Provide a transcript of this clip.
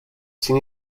sin